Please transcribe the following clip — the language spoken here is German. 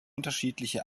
unterschiedliche